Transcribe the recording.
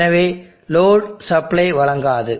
எனவே load supply வழங்காது